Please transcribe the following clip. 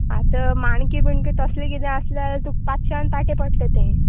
आतां माणकी बिणकी तसलें किदें आसल्यार तुका पांचश्यान पाटें पडटा तें